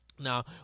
now